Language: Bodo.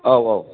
औ औ